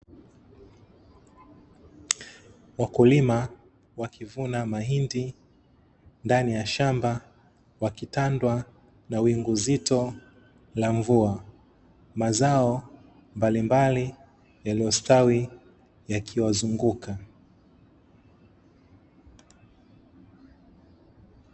Wakulima wakivuna mahindi ndani ya shamba wakitandwa na wingu zito la mvua, mazao mbalimbali yaliyostawi yakiwazunguka.